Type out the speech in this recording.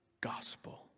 gospel